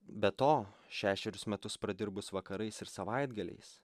be to šešerius metus pradirbus vakarais ir savaitgaliais